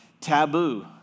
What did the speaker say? taboo